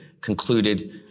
concluded